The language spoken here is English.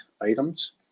items